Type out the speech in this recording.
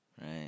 right